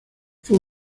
fue